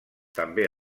també